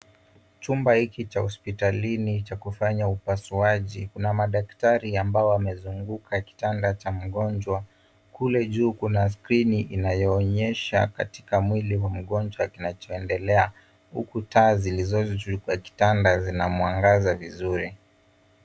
Chumba hiki cha hospitalini cha kufanya upasuaji kuna madaktari ambao wamezunguka kitanda cha mgonjwa. Kule juu kuna skrini inayoonyesha katika mwili wa mgonjwa kinachoendelea huku taa zilizo juu kwa kitanda zina mwangaza vizuri.